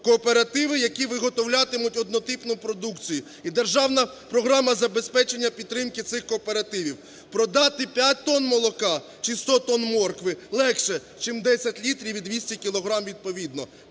кооперативи, які виготовлятимуть однотипну продукцію і державна програма забезпечення підтримки цих кооперативів. Продати п'ять тонн молока, чи сто тонн моркви легше чим 10 літрів і 200 кілограм відповідно.